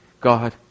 God